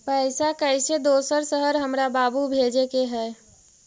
पैसा कैसै दोसर शहर हमरा बाबू भेजे के है?